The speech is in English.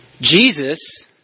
Jesus